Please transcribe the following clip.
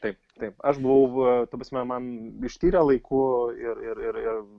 taip taip aš buvau ta prasme man ištyrė laiku ir ir ir ir